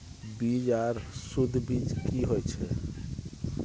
बीज आर सुध बीज की होय छै?